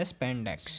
Spandex